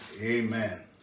amen